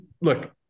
look